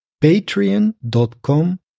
patreon.com